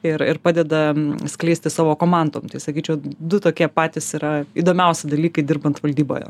ir ir padeda skleisti savo komandom tai sakyčiau du tokie patys yra įdomiausi dalykai dirbant valdyboje